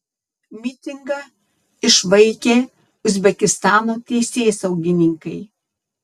mitingą išvaikė uzbekistano teisėsaugininkai